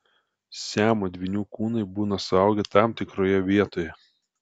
siamo dvynių kūnai būna suaugę tam tikroje vietoje